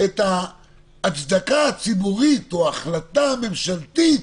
הצדקה ציבורית או החלטה ממשלתית